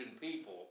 people